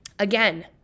Again